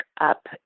up